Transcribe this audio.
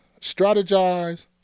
strategize